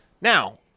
Now